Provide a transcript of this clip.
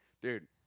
Dude